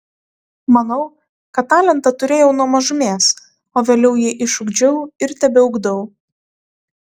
manau kad talentą turėjau nuo mažumės o vėliau jį išugdžiau ir tebeugdau